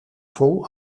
fou